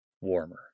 warmer